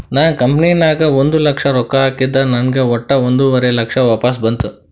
ನಾ ಕಂಪನಿ ನಾಗ್ ಒಂದ್ ಲಕ್ಷ ರೊಕ್ಕಾ ಹಾಕಿದ ನಂಗ್ ವಟ್ಟ ಒಂದುವರಿ ಲಕ್ಷ ವಾಪಸ್ ಬಂತು